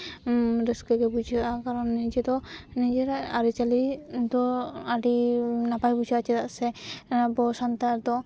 ᱨᱟᱹᱥᱠᱟᱹᱜᱮ ᱵᱩᱡᱷᱟᱹᱜᱼᱟ ᱠᱟᱨᱚᱱ ᱱᱤᱡᱮ ᱫᱚ ᱱᱤᱡᱮᱨᱟᱜ ᱟᱹᱨᱤᱼᱪᱟᱹᱞᱤ ᱫᱚ ᱟᱹᱰᱤ ᱱᱟᱯᱟᱭ ᱵᱩᱡᱷᱟᱹᱜᱼᱟ ᱪᱮᱫᱟᱜ ᱥᱮ ᱟᱵᱚ ᱥᱟᱱᱛᱟᱲ ᱫᱚ